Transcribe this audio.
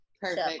Perfect